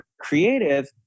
creative